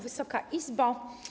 Wysoka Izbo!